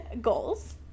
Goals